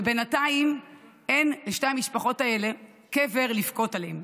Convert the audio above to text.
ובינתיים אין לשתי המשפחות האלה קבר לבכות עליו.